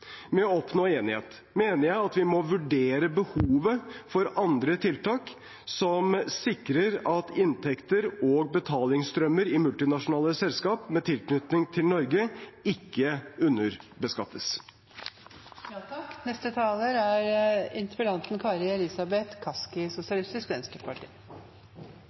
med å oppnå enighet, mener jeg at vi må vurdere behovet for andre tiltak som sikrer at inntekter og betalingsstrømmer i multinasjonale selskap med tilknytning til Norge ikke underbeskattes. Jeg takker for svaret fra finansministeren. Jeg er